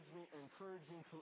encouraging